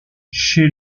chez